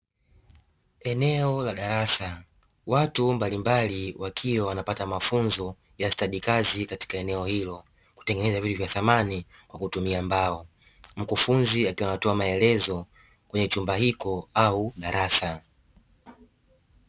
Eneo la darasa watu mbalimbali wakiwa wanapata mafunzo ya stadi kazi katika eneo hilo, kutengeneza vitu vya samani kutumia mbao. Mkufunzi akiwa anatoa maelezo kwenye chumba hiko au darasa.